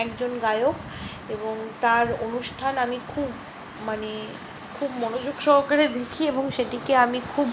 একজন গায়ক এবং তার অনুষ্ঠান আমি খুব মানে খুব মনোযোগ সহকারে দেখি এবং সেটিকে আমি খুব